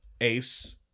Ace